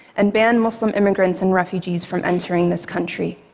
and ban muslim immigrants and refugees from entering this country.